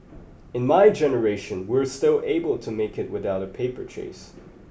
in my generation we were still able to make it without a paper chase